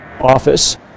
Office